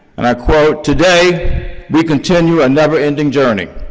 and i quote, today we continue a never ending journey,